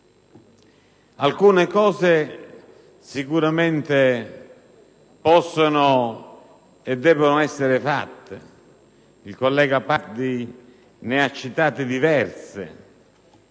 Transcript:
Alcune cose sicuramente possono e devono essere fatte: il collega Pardi ne ha citate diverse,